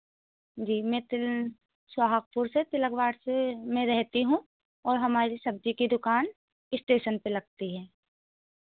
जी मैं तिल सुहागपुर से तिलक वार्ड से में रहती हूँ और हमारी सब्ज़ी की दुकान इस्टेसन पर लगती है